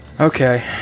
Okay